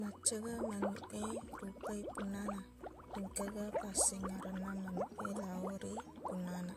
Maccaga manuq e rupai punnana engkaga passingerenna manuq e lao ri puanna